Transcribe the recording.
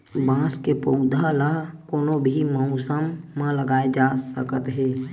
बांस के पउधा ल कोनो भी मउसम म लगाए जा सकत हे